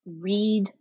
read